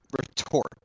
retort